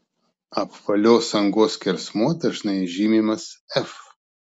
apvalios angos skersmuo dažnai žymimas f